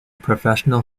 professional